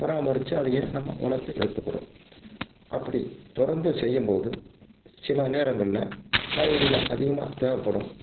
பராமரித்து அதை ஏன் நம்ம வளர்த்து எடுத்துக்கிறோம் அப்படி தொடர்ந்து செய்யும் போது சில நேரங்களில் காய்கறிகளில் அதிகமாக தேவைப்படும்